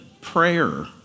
prayer